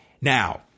Now